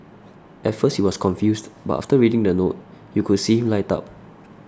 at first he was confused but after reading the note you could see him light up